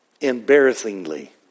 embarrassingly